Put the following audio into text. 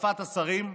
החלפת השרים,